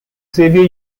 xavier